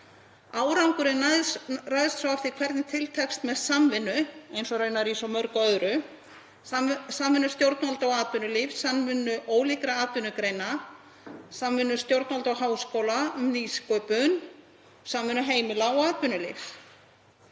Árangurinn ræðst svo af því hvernig til tekst með samvinnu, eins og raunar í svo mörgu öðru; samvinnu stjórnvalda og atvinnulífs, samvinnu ólíkra atvinnugreina, samvinnu stjórnvalda og háskóla um nýsköpun, samvinnu heimila og atvinnulífs.